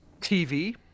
TV